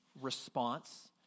response